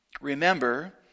Remember